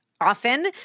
often